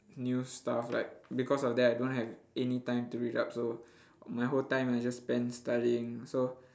new stuff like because of that I don't have anytime to read up so my whole time I just spend studying so